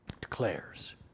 declares